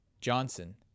johnson